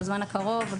בזמן הקרוב,